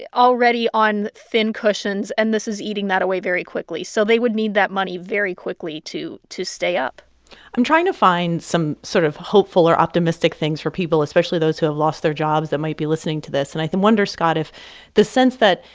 already on thin cushions, and this is eating that away very quickly. so they would need that money very quickly to to stay up i'm trying to find some sort of hopeful or optimistic things for people, especially those who have lost their jobs that might be listening to this. and i wonder, scott, if the sense that,